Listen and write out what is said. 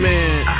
Man